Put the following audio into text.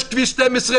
יש כביש 12,